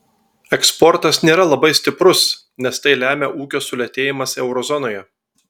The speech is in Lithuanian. eksportas nėra labai stiprus nes tai lemia ūkio sulėtėjimas euro zonoje